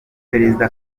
perezida